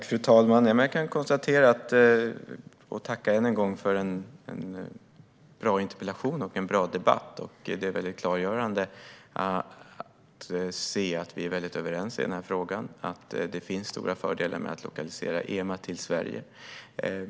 Fru talman! Jag tackar än en gång för en bra interpellation och en bra debatt. Det är väldigt klargörande att se att vi är överens i den här frågan. Det finns stora fördelar med att lokalisera EMA till Sverige.